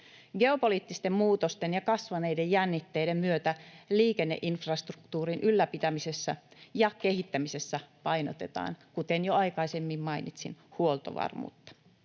Geopoliittisten muutosten ja kasvaneiden jännitteiden myötä liikenneinfrastruktuurin ylläpitämisessä ja kehittämisessä painotetaan, kuten jo aikaisemmin mainitsin, huoltovarmuutta.